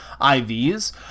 IVs